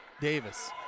Davis